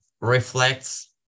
reflects